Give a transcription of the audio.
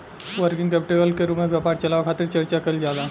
working capital के रूप में व्यापार चलावे खातिर चर्चा कईल जाला